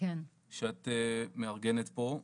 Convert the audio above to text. שאת ארגנת פה.